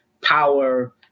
power